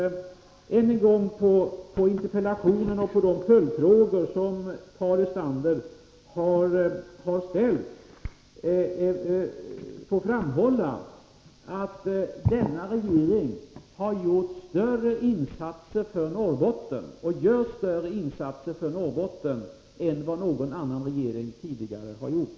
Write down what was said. Med anledning av interpellationen och de följdfrågor som Paul Lestander ställt vill jag ännu en gång framhålla att denna regering har gjort och gör större insatser för Norrbotten än vad någon annan regering tidigare har gjort.